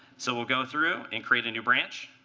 so we'll go through and create a new branch,